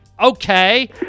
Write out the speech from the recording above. Okay